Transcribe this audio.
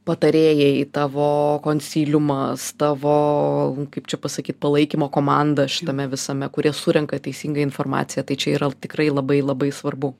patarėjai tavo konsiliumas tavo kaip čia pasakyt palaikymo komanda šitame visame kurie surenka teisingą informaciją tai čia yra tikrai labai labai svarbu